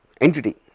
entity